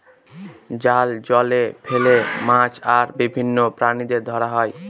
জাল জলে ফেলে মাছ আর বিভিন্ন প্রাণীদের ধরা হয়